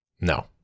No